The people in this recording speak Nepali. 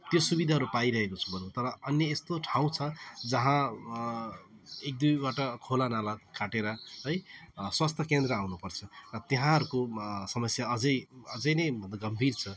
त्यो सुविधाहरू पाइरहेको छु भनौँ तर अन्य यस्तो ठाउँ छ जहाँ एक दुइवटा खोला नाला काटेर है स्वास्थ्य केन्द्र आउनु पर्छ र त्यहाँहरूको समस्या अझ अझ नै गम्भीर छ